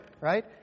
right